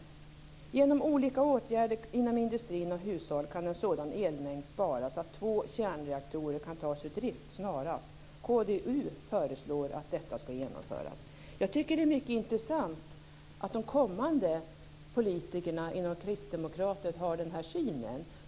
Genom olika åtgärder inom industri och hushåll kan en sådan elmängd sparas att två kärnkreaktorer kan tas ur drift snarast. KDU föreslår att detta skall genomföras. Jag tycker att det är mycket intressant att de kommande politikerna inom Kristdemokraterna har den här synen.